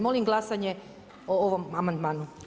Molim glasanje o ovom amandmanu.